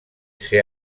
ser